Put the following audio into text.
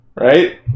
Right